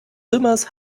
zimmers